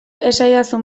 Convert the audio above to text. esadazu